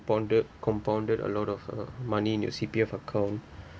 compounded compounded a lot of money in your C_P_F account